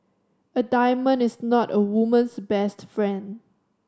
a diamond is not a woman's best friend